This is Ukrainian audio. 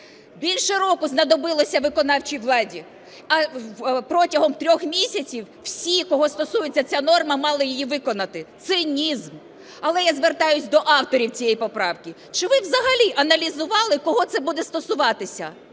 Більше року знадобилося виконавчій владі. А протягом трьох місяців всі, кого стосується ця норма, мали її виконати – цинізм. Але я звертаюсь до авторів цієї поправки. Чи ви взагалі аналізували, кого це буде стосуватися?